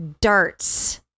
darts